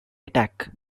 attack